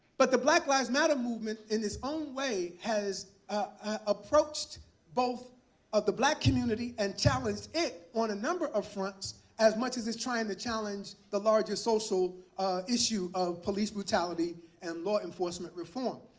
but the black lives matter movement, in its own way, has ah approached both the black community and challenged it on a number of fronts, as much as it's trying to challenge the larger social issue of police brutality and law enforcement reform.